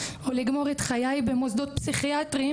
או לגמור את חיי במוסדות פסיכיאטריים,